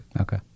Okay